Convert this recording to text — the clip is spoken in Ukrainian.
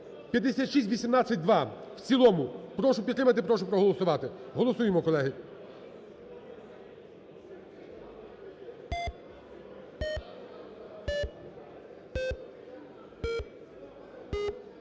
5618-2 в цілому. Прошу підтримати, прошу проголосувати. Голосуємо, колеги.